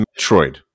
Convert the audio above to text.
metroid